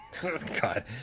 God